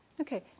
Okay